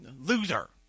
loser